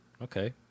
Okay